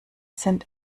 sind